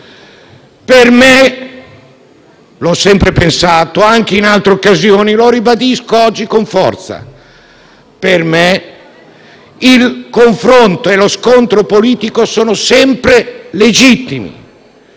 per me - l'ho sempre pensato anche in altre occasioni e lo ribadisco oggi con forza - il confronto e lo scontro politico sono sempre legittimi.